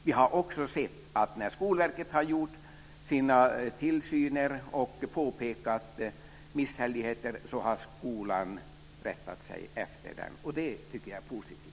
Vi har ju också sett att när Skolverket har gjort sin tillsyn och påpekat misshälligheter så har skolan rättat sig efter dem. Det tycker jag är positivt.